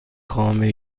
خامه